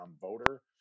voter